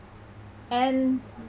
and